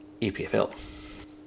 EPFL